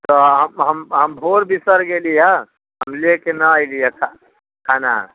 तऽ हम हम हम भोर बिसरि गेलीहँ हम लेके नहि अइली हँ खऽ खाना